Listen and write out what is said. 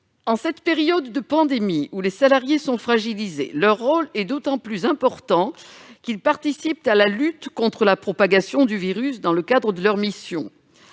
En cette période de pandémie, durant laquelle les salariés sont fragilisés, leur rôle est d'autant plus important qu'ils participent à la lutte contre la propagation du virus. Pour assurer leur mission,